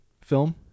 film